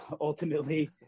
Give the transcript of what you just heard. ultimately